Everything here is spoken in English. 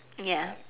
ya